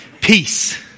peace